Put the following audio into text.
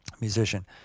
musician